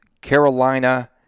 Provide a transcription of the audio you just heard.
Carolina